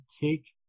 take